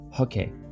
okay